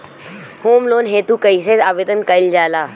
Home loan हेतु कइसे आवेदन कइल जाला?